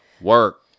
Work